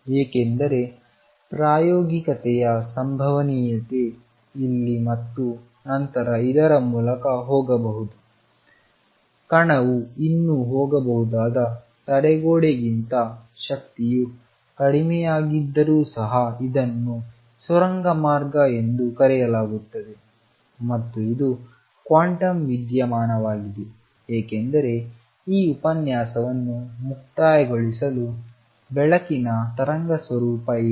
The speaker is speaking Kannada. ಏಕೆಂದರೆ ಪ್ರಾಯೋಗಿಕತೆಯ ಸಂಭವನೀಯತೆ ಇಲ್ಲಿ ಮತ್ತು ನಂತರ ಇದರ ಮೂಲಕ ಹೋಗಬಹುದು ಕಣವು ಇನ್ನೂ ಹೋಗಬಹುದಾದ ತಡೆಗೋಡೆಗಿಂತ ಶಕ್ತಿಯು ಕಡಿಮೆಯಾಗಿದ್ದರೂ ಸಹ ಇದನ್ನು ಸುರಂಗಮಾರ್ಗ ಎಂದು ಕರೆಯಲಾಗುತ್ತದೆ ಮತ್ತು ಇದು ಕ್ವಾಂಟಮ್ ವಿದ್ಯಮಾನವಾಗಿದೆ ಏಕೆಂದರೆ ಈ ಉಪನ್ಯಾಸವನ್ನು ಮುಕ್ತಾಯಗೊಳಿಸಲು ಬೆಳಕಿನ ತರಂಗ ಸ್ವರೂಪ ಏನು